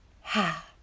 ha